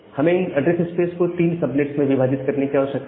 हमें इस address space को 3 सबनेट में विभाजित करने की आवश्यकता है